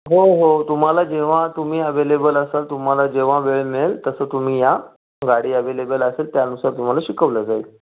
हो हो तुम्हाला जेव्हा तुम्ही अवेलेबल असाल तुम्हाला जेव्हा वेळ मिळेल तसं तुम्ही या गाडी अवेलेबल असेल त्यानुसार तुम्हाला शिकवलं जाईल